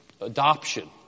adoption